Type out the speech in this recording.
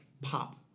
pop